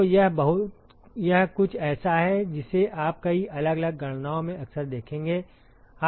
तो यह कुछ ऐसा है जिसे आप कई अलग अलग गणनाओं में अक्सर देखेंगे